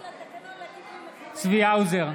בעד צבי האוזר,